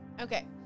Okay